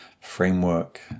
framework